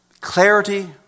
clarity